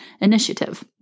initiative